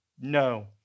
No